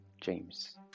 James